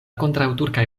kontraŭturkaj